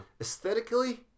aesthetically